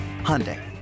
Hyundai